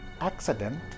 accident